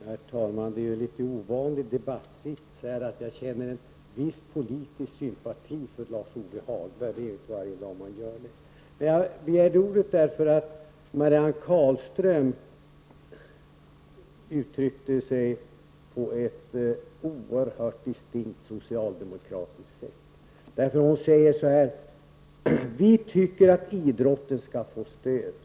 Herr talman! Det är en litet ovanlig debattsits att jag känner en viss politisk sympati för Lars-Ove Hagberg. Det är inte varje dag jag gör det. Jag begärde ordet därför att Marianne Carlström uttryckte sig på ett oerhört distinkt socialdemokratiskt sätt. Hon sade att man tycker att idrotten skall få stöd.